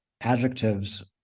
adjectives